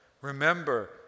Remember